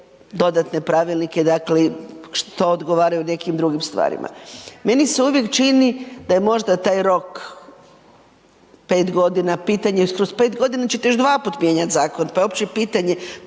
dodatne pravilnike, dakle što odgovaraju nekim drugim stvarima. Meni se uvijek čini da je možda taj rok 5.g., pitanje je, kroz 5.g. ćete još dvaput mijenjat zakon, pa je opće pitanje